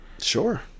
Sure